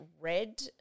red